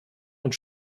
und